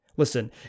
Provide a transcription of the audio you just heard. Listen